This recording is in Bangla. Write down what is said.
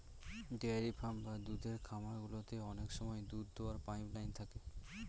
ডেয়ারি ফার্ম বা দুধের খামার গুলোতে অনেক সময় দুধ দোওয়ার পাইপ লাইন থাকে